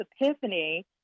epiphany